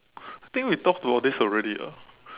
think we talked about this already ah